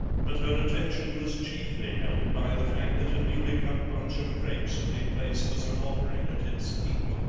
but her attention was chiefly held by the fact that a newly cut bunch of grapes had been placed as an offering at its feet.